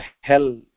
hell